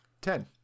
Ten